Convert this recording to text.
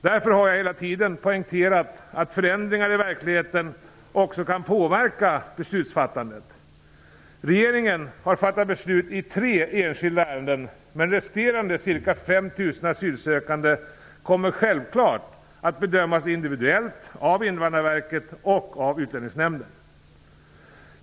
Därför har jag hela tiden poängterat att förändringar i verkligheten också kan påverka beslutsfattandet. Regeringen har fattat beslut i tre enskilda ärenden. Resterande ca 5 000 asylsökande kommer självfallet att bedömas individuellt av Invandrarverket och Utlänningsnämnden.